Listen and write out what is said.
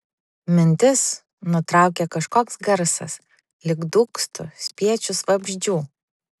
mintis nutraukė kažkoks garsas lyg dūgztų spiečius vabzdžių